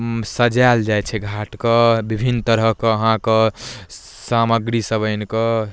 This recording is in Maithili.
सजायल जाइ छै घाटके विभिन्न तरहके अहाँके सामग्री सभ आनि कऽ